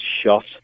shot